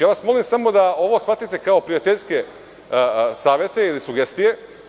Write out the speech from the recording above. Molim vas da ovo shvatite kao prijateljske savete ili sugestije.